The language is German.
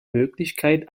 möglichkeit